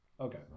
Okay